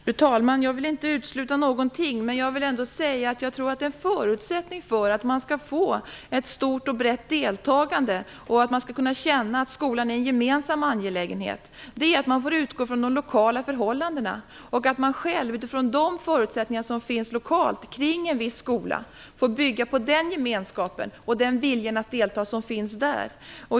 Fru talman! Jag vill inte utesluta någonting, men jag vill ändå säga att jag tror att en förutsättning för att man skall få ett stort och brett deltagande och kunna känna att skolan är en gemensam angelägenhet är att man får utgå från de lokala förhållandena och att man själv, utifrån de förutsättningar som finns lokalt kring en viss skola, får bygga på den gemenskapen och den viljan att delta som finns där.